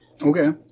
okay